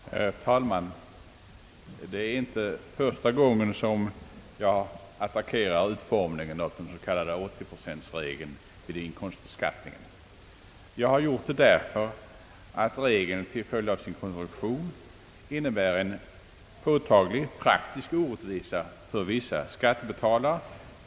Herr talman! Det är inte första gången jag attackerar utformningen av den s.k. 80-procentregeln vid inkomstbeskattningen. Jag har gjort det därför att regeln till följd av sin konstruktion innebär en påtaglig praktisk orätt visa för vissa skattebetalare.